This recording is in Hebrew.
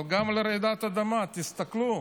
אבל גם על רעידת אדמה, תסתכלו,